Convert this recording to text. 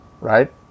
right